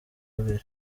abiri